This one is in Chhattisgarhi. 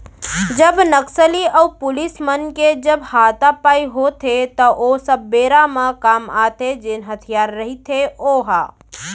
जब नक्सली अऊ पुलिस मन के जब हातापाई होथे त ओ सब बेरा म काम आथे जेन हथियार रहिथे ओहा